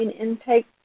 intake